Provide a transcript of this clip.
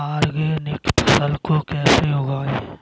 Organic फसल को कैसे उगाएँ?